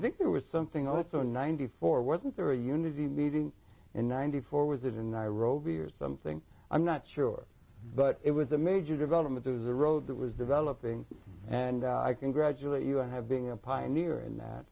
think there was something also in ninety four wasn't there a unity meeting in ninety four was it in nairobi or something i'm not sure but it was a major development there was a road that was developing and i congratulate you on having a pioneer in that